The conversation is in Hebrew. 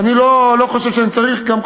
אני לא חושב שאני צריך גם,